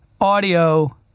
audio